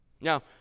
Now